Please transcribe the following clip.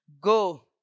Go